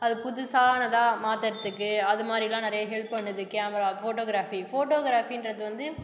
அது புதுசானதாக மாற்றுறத்துக்கு அதுமாதிரிலா நிறையா ஹெல்ப் பண்ணுது கேமரா ஃபோட்டோகிராஃபி ஃபோட்டோகிராஃபின்றது வந்து